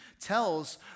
tells